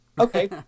okay